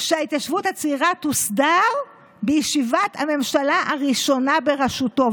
שההתיישבות הצעירה תוסדר בישיבת הממשלה הראשונה בראשותו.